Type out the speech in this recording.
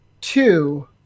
two